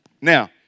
Now